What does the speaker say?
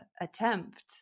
attempt